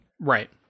Right